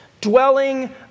dwelling